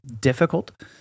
difficult